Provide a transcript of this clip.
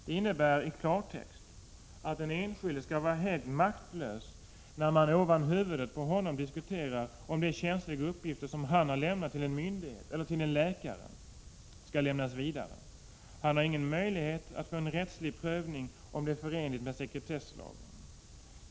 Det innebär i klartext att den enskilde skall vara helt maktlös när man ovan huvudet på honom diskuterar huruvida de känsliga uppgifter han har lämnat till en myndighet eller till en läkare skall lämnas vidare. Han har ingen möjlighet att få en rättslig prövning av om detta är förenligt med sekretesslagen.